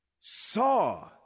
saw